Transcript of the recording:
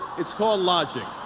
it's called logic.